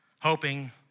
hoping